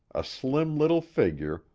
a slim little figure,